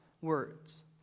words